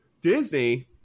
disney